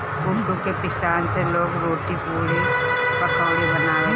कुटू के पिसान से लोग रोटी, पुड़ी, पकउड़ी बनावेला